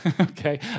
okay